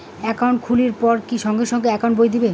Account খুলির পর কি সঙ্গে সঙ্গে একাউন্ট বই দিবে?